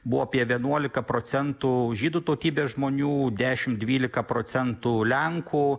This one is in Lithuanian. buvo apie vienuolika procentų žydų tautybės žmonių dešim dvylika procentų lenkų